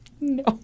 No